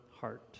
heart